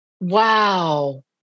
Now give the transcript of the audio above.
Wow